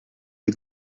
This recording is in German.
die